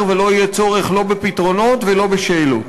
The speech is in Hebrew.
ולא יהיה צורך לא בפתרונות ולא בשאלות.